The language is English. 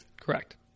Correct